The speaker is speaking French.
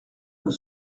nos